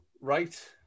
Right